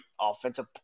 offensive